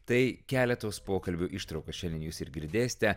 tai keletos pokalbių ištraukas šiandien jūs ir girdėsite